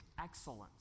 excellence